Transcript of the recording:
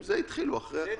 עם זה התחילו אחרי החקיקה.